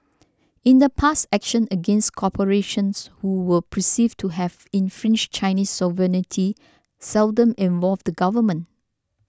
in the past action against corporations who were perceived to have infringed Chinese sovereignty seldom involved the government